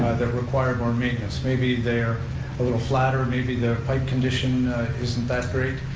that require more maintenance. maybe they are a little flatter, maybe their pipe condition isn't that great,